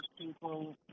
people –